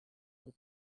del